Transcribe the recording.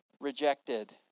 rejected